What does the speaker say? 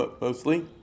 mostly